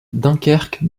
dunkerque